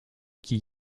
qui